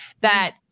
that-